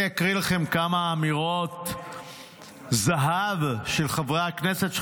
אני אקריא לכם כמה אמירות זהב של חברי הכנסת,